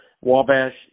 Wabash